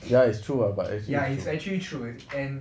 ya it's true [what] lah but actually